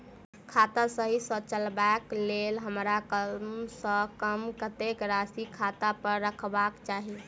खाता सही सँ चलेबाक लेल हमरा कम सँ कम कतेक राशि खाता पर रखबाक चाहि?